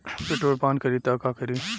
Petrol पान करी त का करी?